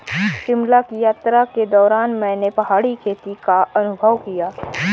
शिमला की यात्रा के दौरान मैंने पहाड़ी खेती का अनुभव किया